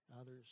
Others